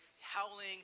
howling